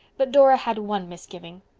but dora had one misgiving.